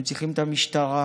הם צריכים את המשטרה.